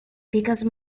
because